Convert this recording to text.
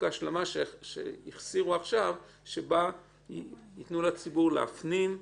ההשלמה שהחסירו עכשיו שבה יתנו לציבור להפנים,